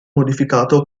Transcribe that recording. modificato